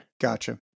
gotcha